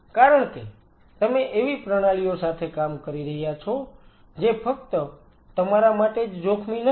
કારણ કે તમે એવી પ્રણાલીઓ સાથે કામ કરી રહ્યા છો જે ફક્ત તમારા માટે જ જોખમી નથી